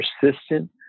persistent